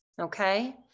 okay